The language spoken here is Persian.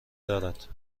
دارد